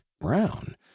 brown